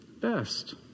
best